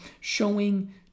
showing